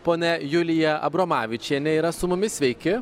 ponia julija abromavičienė yra su mumis sveiki